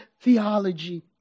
theology